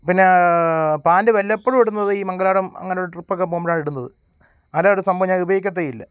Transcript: പിന്നെ ആ പാൻ്റ് വല്ലപ്പോഴുമിടുന്നത് ഈ മംഗലാപുരം അങ്ങനെയൊരു ട്രിപ്പൊക്കെ പോവുമ്പോഴാണ് ഇടുന്നത് അല്ലെങ്കിൽ ഒരു സംഭവം ഞാനിത് ഉപയോഗിക്കത്തേയില്ല